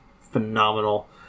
phenomenal